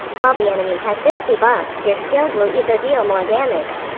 while the enemy has this debuff, your skills will either deal more damage,